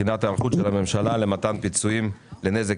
בחינת היערכות הממשלה למתן פיצויים לנזק